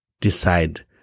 decide